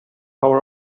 power